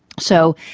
so,